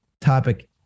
topic